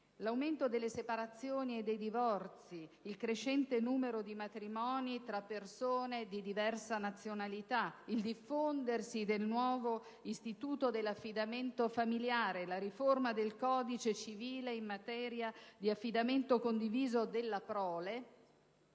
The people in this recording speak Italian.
L'aumento delle separazioni e dei divorzi, il crescente numero di matrimoni tra persone di diversa nazionalità, il diffondersi del nuovo istituto dell'affidamento familiare, la riforma del codice civile in materia di affidamento condiviso della prole